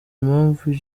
impamvu